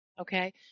okay